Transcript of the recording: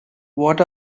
what